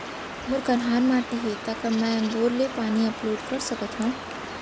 मोर कन्हार माटी हे, त का मैं बोर ले पानी अपलोड सकथव?